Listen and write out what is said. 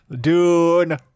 Dune